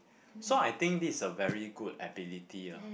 so I think this is a very good ability ah